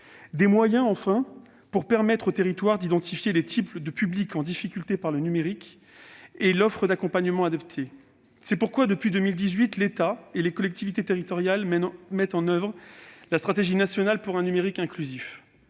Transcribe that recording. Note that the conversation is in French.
Des moyens, enfin, pour permettre dans chaque territoire d'identifier les types de public en difficulté avec le numérique et de proposer l'offre d'accompagnement adaptée. C'est pourquoi, depuis 2018, l'État et les collectivités territoriales mettent en oeuvre la stratégie nationale pour un numérique inclusif.